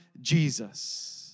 Jesus